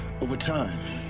over time.